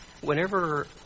Whenever